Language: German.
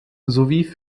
sowie